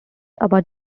about